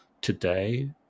today